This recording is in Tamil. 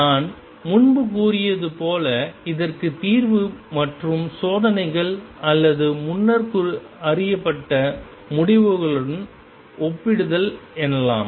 நான் முன்பு கூறியது போல இதற்கு தீர்வு மற்றும் சோதனைகள் அல்லது முன்னர் அறியப்பட்ட முடிவுகளுடன் ஒப்பிடுதல் எனலாம்